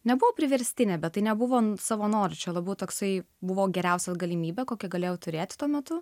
nebuvo priverstinė bet tai nebuvo savanorių čia labai toksai buvo geriausia galimybė kokią galėjau turėti tuo metu